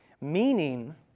Meaning